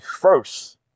first